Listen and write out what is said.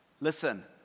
Listen